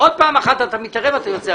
עוד פעם אחת אתה מתערב, אני מוציא אותך.